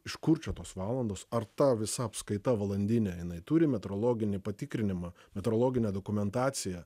iš kur čia tos valandos ar ta visa apskaita valandinė jinai turi metrologinį patikrinimą metrologinę dokumentaciją